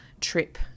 trip